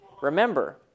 Remember